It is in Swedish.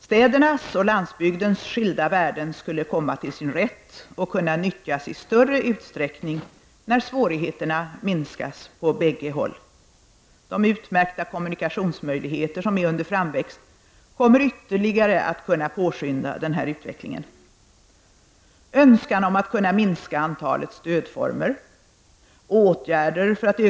Städernas och landsbygdens skilda värden skulle komma till sin rätt och kunna nyttjas i större utsträckning när svårigheterna minskar på bägge håll. De utmärkta kommunikationsmöjligheter som är under framväxt kommer ytterligare att kunna påskynda den här utvecklingen. — Önskan om att kunna minska antalet stödformer... .